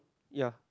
ya